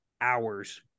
hours